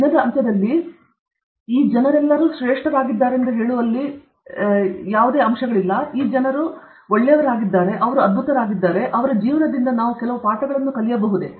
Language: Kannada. ದಿನದ ಅಂತ್ಯದಲ್ಲಿ ಈ ಜನರೆಲ್ಲರೂ ಶ್ರೇಷ್ಠರಾಗಿದ್ದಾರೆಂದು ಹೇಳುವಲ್ಲಿ ಯಾವುದೇ ಅಂಶಗಳಿಲ್ಲ ಈ ಜನರು ಎಲ್ಲರಿಗೂ ಒಳ್ಳೆಯವರಾಗಿದ್ದಾರೆ ಅವರು ಅದ್ಭುತರಾಗಿದ್ದಾರೆ ಅವರ ಜೀವನದಿಂದ ನಾವು ಕೆಲವು ಪಾಠಗಳನ್ನು ಕಲಿಯಬಹುದೇ